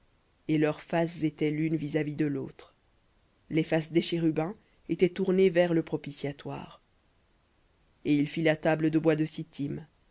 et leurs faces étaient l'une vis-à-vis de l'autre les faces des chérubins étaient vers le propitiatoire v et il fit la table de bois de